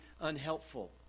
unhelpful